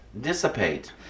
dissipate